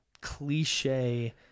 cliche